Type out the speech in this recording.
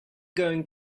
going